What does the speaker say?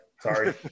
Sorry